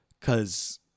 Cause